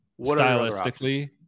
Stylistically